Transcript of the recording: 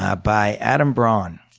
ah by adam braun.